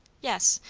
yes.